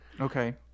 okay